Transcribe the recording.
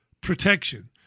protection